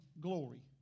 glory